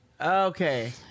okay